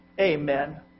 Amen